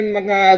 mga